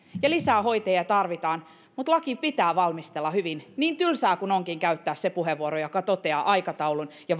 ja lisää hoitajia tarvitaan mutta laki pitää valmistella hyvin niin tylsää kuin onkin käyttää se puheenvuoro joka toteaa aikataulun ja